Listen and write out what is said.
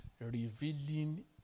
revealing